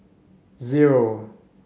zero